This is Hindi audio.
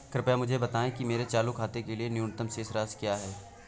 कृपया मुझे बताएं कि मेरे चालू खाते के लिए न्यूनतम शेष राशि क्या है?